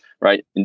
right